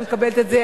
אני מקבלת את זה.